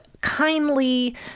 kindly